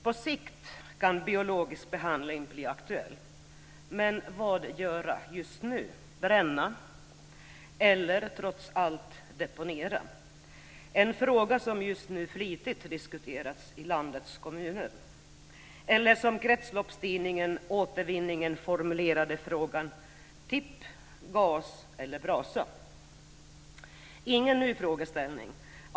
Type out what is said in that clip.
På sikt kan biologisk behandling bli aktuell. Men vad göra just nu - bränna eller trots allt deponera? Det är en fråga som just nu flitigt diskuteras i landets kommuner. Eller också kan man, som kretsloppstidningen Återvinningen gjorde, formulera frågan så här: Tipp, gas eller brasa? Detta är ingen ny frågeställning.